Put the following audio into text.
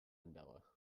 mandela